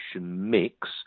mix